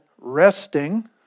resting